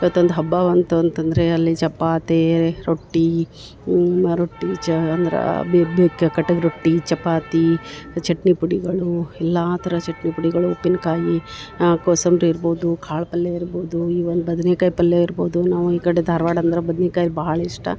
ಇವತ್ತೊಂದು ಹಬ್ಬ ಬಂತು ಅಂತಂದರೆ ಅಲ್ಲಿ ಚಪಾತಿ ರೊಟ್ಟಿ ರೊಟ್ಟಿ ಚ ಅಂದ್ರ ಬೀಕ್ ಕಟ್ಟಗೆ ರೊಟ್ಟಿ ಚಪಾತಿ ಚಟ್ನಿ ಪುಡಿಗಳು ಎಲ್ಲಾ ಥರ ಚಟ್ನಿ ಪುಡಿಗಳು ಉಪ್ಪಿನಕಾಯಿ ಕೋಸಂಬರಿ ಇರ್ಬೋದು ಕಾಳು ಪಲ್ಲೆ ಇರ್ಬೋದು ಈವನ್ ಬದನೇ ಕಾಯಿ ಪಲ್ಲೇ ಇರ್ಬೋದು ನಾವು ಈ ಕಡೆ ಧಾರವಾಡ ಅಂದ್ರ ಬದನಿ ಕಾಯಿ ಭಾಳ್ ಇಷ್ಟ